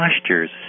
postures